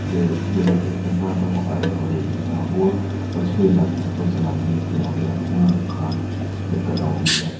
ਜੇ ਜਿਹੜੇ ਕਿ ਪਿੰਡਾਂ ਤੋਂ ਆਏ ਹੋਏ ਜਾਂ ਹੋਰ ਪਛੜੇ ਇਲਾਕਿਆਂ ਤੋਂ ਸੈਲਾਨੀ ਇੱਥੇ ਆਉਂਦੇ ਹਨ ਉਹਨਾਂ ਨੂੰ ਖਾਣ 'ਚ ਦਿੱਕਤ ਆਉਂਦੀ ਹੈ